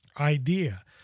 idea